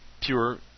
pure